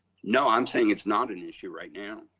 no, i'm saying it's not an issue right now.